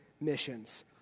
missions